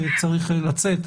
שצריך לצאת,